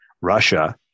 Russia